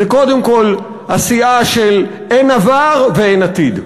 זה קודם כול הסיעה של אין עבר ואין עתיד.